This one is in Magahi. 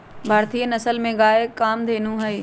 भारतीय नसल में गाय कामधेनु हई